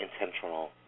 intentional